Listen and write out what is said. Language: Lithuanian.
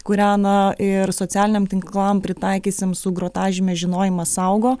kurią na ir socialiniam tinklam pritaikysim su grotažyme žinojimas saugo